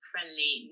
friendly